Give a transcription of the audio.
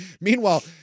Meanwhile